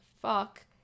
fuck